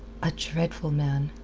a dreadful man.